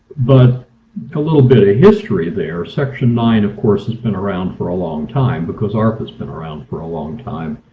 but a little bit of history there. section nine of course has been around for a long time because arpa has been around for a long time.